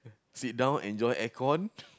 sit down enjoy aircon